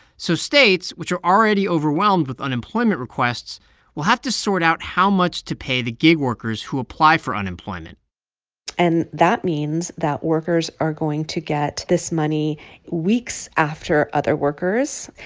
so states which are already overwhelmed with unemployment requests will have to sort out how much to pay the gig workers who apply for unemployment and that means that workers are going to get this money weeks after other workers.